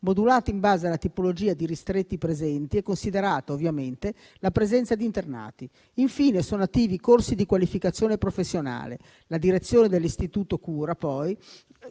modulati in base alla tipologia di ristretti presenti e considerata ovviamente la presenza di internati. Infine sono attivi corsi di qualificazione professionale. La direzione dell'istituto cura poi